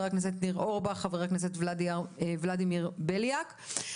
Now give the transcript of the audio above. ניר אורבך וולדימיר בליאק.